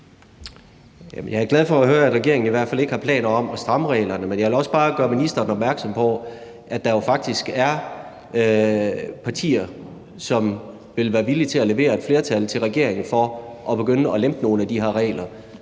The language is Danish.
Jeg er glad for at høre, at regeringen i hvert fald ikke har planer om at stramme reglerne. Men jeg vil også bare gøre ministeren opmærksom på, at der jo faktisk er partier, som vil være villige til at levere et flertal til regeringen til at begynde at lempe nogle af de her regler,